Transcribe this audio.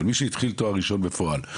אבל מי שהתחיל תואר ראשון בפועל,